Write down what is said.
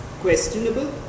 questionable